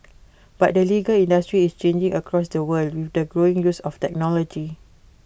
but the legal industry is changing across the world with the growing use of technology